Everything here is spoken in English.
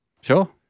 Sure